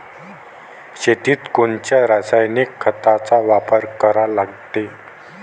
शेतीत कोनच्या रासायनिक खताचा वापर करा लागते?